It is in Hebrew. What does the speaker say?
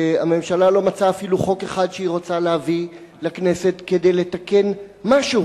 והממשלה לא מצאה אפילו חוק אחד שהיא רוצה להביא לכנסת כדי לתקן משהו,